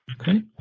okay